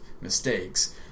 mistakes